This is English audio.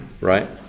right